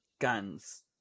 Guns